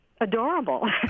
adorable